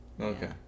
okay